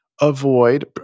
avoid